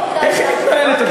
איך היא מתנהלת,